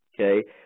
Okay